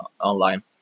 online